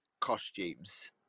costumes